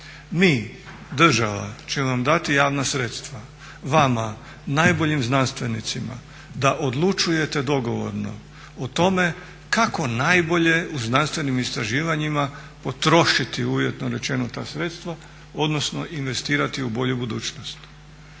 mi država ćemo vam dati javna sredstva, vama najboljim znanstvenicima da odlučujete dogovorno o tome kako najbolje u znanstvenim istraživanja potrošiti uvjetno rečeno ta sredstva odnosno investirati u bolju budućnost.